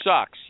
sucks